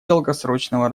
долгосрочного